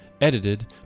edited